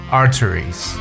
arteries